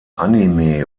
anime